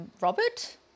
Robert